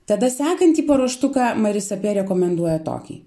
tada sekantį paruoštuką marisa peer rekomenduoja tokį